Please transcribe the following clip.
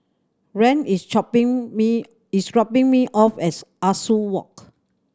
Rand is chopping me is dropping me off as Ah Soo Walk